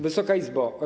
Wysoka Izbo!